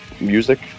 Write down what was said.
music